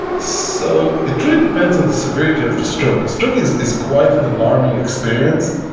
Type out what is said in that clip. so it really depends on the severity of the stroke. a stroke is is quite an alarming experience.